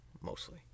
Mostly